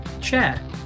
Chair